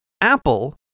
Apple